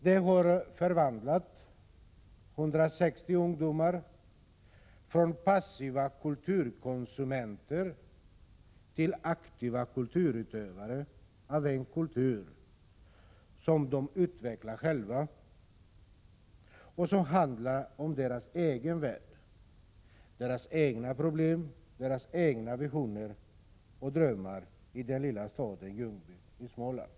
Den har förvandlat 160 ungdomar från passiva kulturkonsumenter till aktiva utövare av en kultur som de utvecklar själva och som handlar om deras egen värld, deras egna problem, deras visioner och drömmar i den lilla staden Ljungby i Småland.